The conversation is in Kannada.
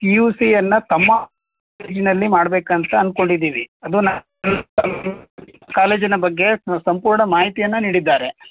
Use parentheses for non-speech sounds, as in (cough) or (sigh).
ಪಿ ಯು ಸಿಯನ್ನು ತಮ್ಮ ಕಾಲೇಜಿನಲ್ಲಿ ಮಾಡಬೇಕಂತ ಅನ್ಕೊಂಡಿದ್ದೀವಿ ಅದು (unintelligible) ಕಾಲೇಜಿನ ಬಗ್ಗೆ ಸಂಪೂರ್ಣ ಮಾಹಿತಿಯನ್ನು ನೀಡಿದ್ದಾರೆ